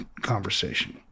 conversation